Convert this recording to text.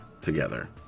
together